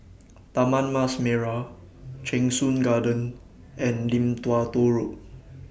Taman Mas Merah Cheng Soon Garden and Lim Tua Tow Road